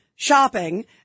shopping